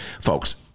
Folks